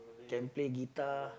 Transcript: can play guitar